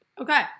Okay